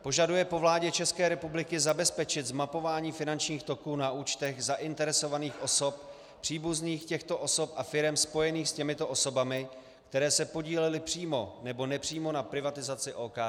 Požaduje po vládě České republiky zabezpečit zmapování finančních toků na účtech zainteresovaných osob, příbuzných těchto osob a firem spojených s těmito osobami, které se podílely přímo nebo nepřímo na privatizaci OKD.